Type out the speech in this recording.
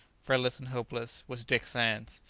friendless and hopeless, was dick sands!